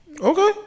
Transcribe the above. Okay